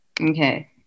Okay